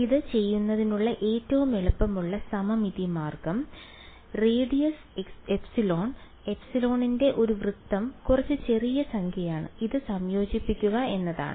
ഇത് ചെയ്യുന്നതിനുള്ള ഏറ്റവും എളുപ്പമുള്ള സമമിതി മാർഗം റേഡിയസ് എപ്സിലോൺ എപ്സിലോണിന്റെ ഒരു വൃത്തം കുറച്ച് ചെറിയ സംഖ്യയാണ് ഇത് സംയോജിപ്പിക്കുക എന്നതാണ്